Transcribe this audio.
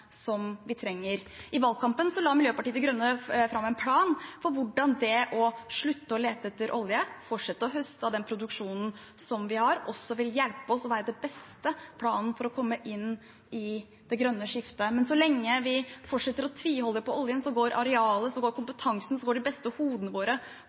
som vi trenger. I valgkampen la Miljøpartiet De Grønne fram en plan for hvordan det å slutte å lete etter olje, fortsette å høste av den produksjonen som vi har, også vil hjelpe oss og være den beste planen for å komme inn i det grønne skiftet. Men så lenge vi fortsetter å tviholde på oljen, går arealet, kompetansen og de beste hodene våre